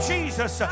Jesus